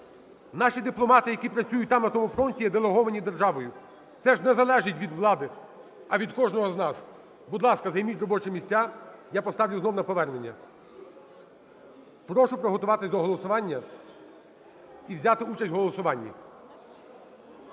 Наші дипломати, які працюють там, на тому фронті є делеговані державою. Це ж не залежить від влади, а від кожного з нас. Будь ласка, займіть робочі місця, я поставлю знов на повернення. Прошу приготуватись до голосування і взяти участь у голосуванні.